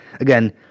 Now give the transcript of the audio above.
Again